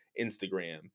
Instagram